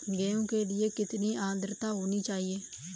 गेहूँ के लिए कितनी आद्रता होनी चाहिए?